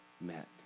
met